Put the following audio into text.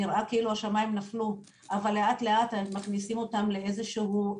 נראה כאילו השמיים נפלו אבל לאט לאט מכניסים אותם לתהליך,